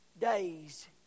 days